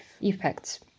effects